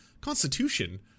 Constitution